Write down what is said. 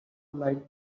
light